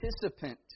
participant